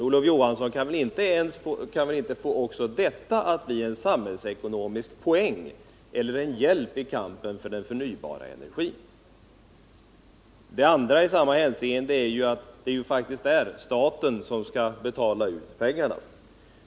Olof Johansson kan väl inte få också detta att bli en samhällsekonomisk poäng eller en hjälp i kampen för den förnybara energin. Vidare är det faktiskt staten som skall betala ut pengarna.